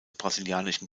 brasilianischen